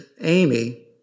Amy